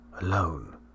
Alone